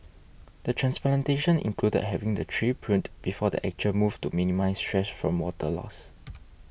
the transplantation included having the tree pruned before the actual move to minimise stress from water loss